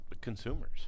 consumers